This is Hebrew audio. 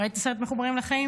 ראית את הסרט מחוברים לחיים?